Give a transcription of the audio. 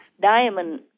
diamond